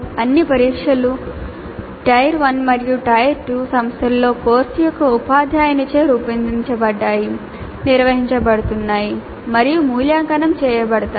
అన్ని పరీక్షలు టైర్ 1 మరియు టైర్ 2 సంస్థలలో కోర్సు యొక్క ఉపాధ్యాయునిచే రూపొందించబడ్డాయి నిర్వహించబడతాయి మరియు మూల్యాంకనం చేయబడతాయి